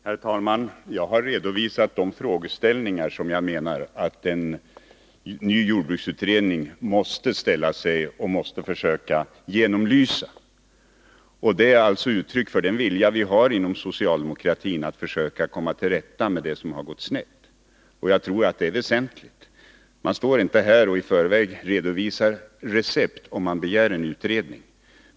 Herr talman! Jag har redovisat de frågeställningar som jag menar att en ny jordbruksutredning måste försöka genomlysa. Det är ett uttryck för den vilja som vi inom socialdemokratin har att försöka komma till rätta med det som har gått snett — och jag tror att det är väsentligt. Man står inte här och redovisar recept i förväg, om man begär en utredning.